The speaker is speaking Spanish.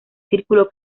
círculo